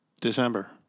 December